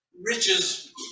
Riches